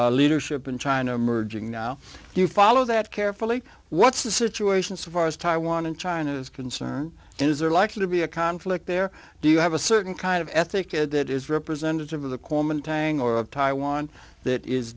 leadership in china emerging now do you follow that carefully what's the situation as far as taiwan and china is concerned is there likely to be a conflict there do you have a certain kind of ethic that is representative of the kuomintang or taiwan that is